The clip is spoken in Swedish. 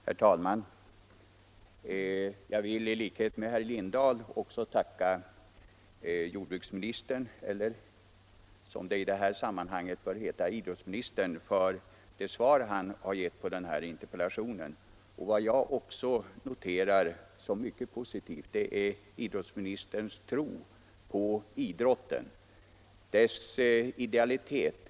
Herr talman! Jag vill i likhet med herr Lindahl i Lidingö tacka jordbruksministern — eller idrottsministern, som det i detta sammanhang bör heta — för det svar han givit på denna interpellation. Även jag noterar som mycket positivt idrottsministerns tro på idrotten och dess idealitet.